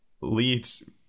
leads